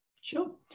sure